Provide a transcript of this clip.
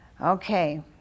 Okay